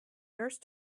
nurse